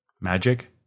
Magic